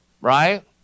right